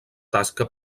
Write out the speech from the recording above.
tasca